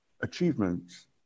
achievements